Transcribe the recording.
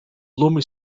loamy